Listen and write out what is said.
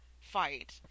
fight